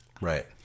Right